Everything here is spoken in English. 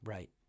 Right